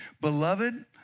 Beloved